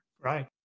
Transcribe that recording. Right